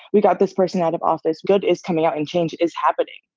we got this person out of office. good is coming out, and change is happening.